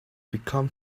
become